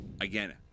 again